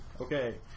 okay